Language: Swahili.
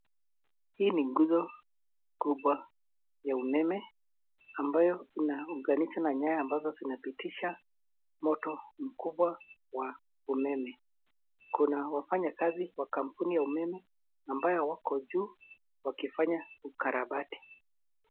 Hii ni guzo kubwa ya umeme ambayo inaunganishwa na nyaya ambazo zinapitisha moto mkubwa wa umeme. Kuna wafanyakazi wa kampuni ya umeme ambao wako juu wakifanya ukarabati.